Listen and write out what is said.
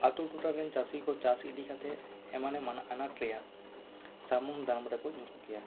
ᱟᱹᱛᱩ ᱴᱚᱴᱷᱟ ᱨᱮᱱ ᱪᱟᱹᱥᱤ ᱠᱚ ᱪᱟᱥ ᱤᱫᱤ ᱠᱟᱛᱮ ᱮᱢᱟᱱ ᱮᱢᱟᱱ ᱟᱱᱟᱴ ᱨᱮᱭᱟᱜ ᱥᱟᱢᱩᱱ ᱫᱟᱢ ᱨᱮᱠᱚ ᱧᱩᱨᱩᱜ ᱜᱮᱭᱟ